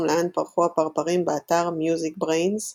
לאן פרחו הפרפרים באתר MusicBrainz